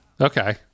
okay